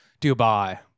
Dubai